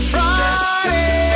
Friday